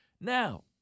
Now